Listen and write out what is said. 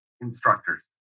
instructors